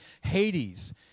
Hades